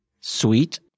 sweet